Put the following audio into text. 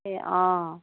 সেই অঁ